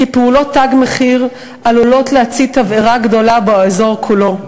שפעולות "תג מחיר" עלולות להצית תבערה גדולה באזור כולו.